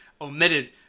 omitted